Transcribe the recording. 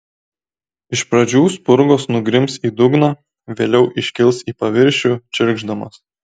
iš pradžių spurgos nugrims į dugną vėliau iškils į paviršių čirkšdamos